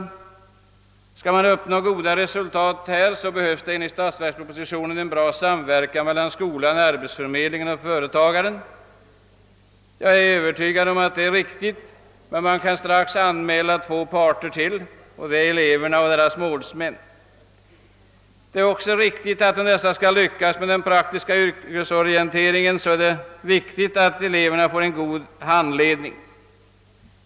Om man skall uppnå goda resultat behövs det enligt propositionen en god samverkan mellan skolan, arbetsförmedlingen och företagaren. Jag är övertygad om att detta är riktigt, men jag kan strax anmäla ytterligare två parter, nämligen eleverna och deras målsmän. Det är riktigt att det också är mycket viktigt att eleverna får god handledning, så att det skall lyckas med denna praktiska yrkesorientering.